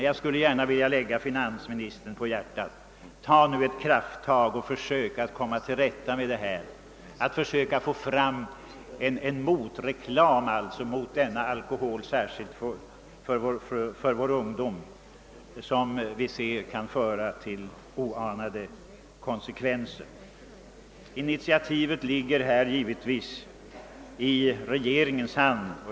Jag skulle gärna vilja lägga finansministern på hjärtat att nu ta ett krafttag för att försöka komma till rätta med dessa svårigheter, t.ex. genom att söka skapa en motreklam, särskilt avsedd för vår ungdom, mot alkoholpropagandan, som vi ser kan föra till oanade konsekvenser. TInitiativet ligger givetvis i regeringens hand.